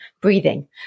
breathing